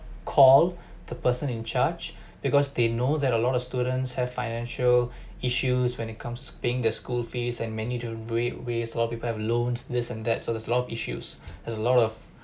call the person in charge because they know that a lot of students have financial issues when it comes to being the school fees and many do ways a lot of people have loans this and that so there's lot of issues there's a lot of